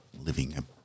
living